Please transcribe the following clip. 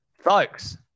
folks